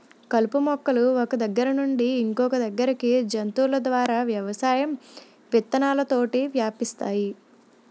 కలుపు మొక్కలు ఒక్క దగ్గర నుండి ఇంకొదగ్గరికి జంతువుల ద్వారా వ్యవసాయం విత్తనాలతోటి వ్యాపిస్తాయి